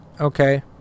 Okay